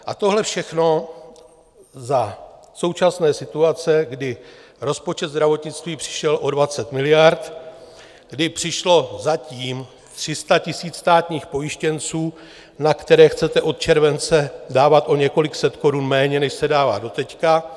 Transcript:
A tohle všechno za současné situace, kdy rozpočet zdravotnictví přišel o 20 miliard, kdy přišlo zatím 300 000 státních pojištěnců, na které chcete od července dávat o několik set korun méně, než se dává doteď.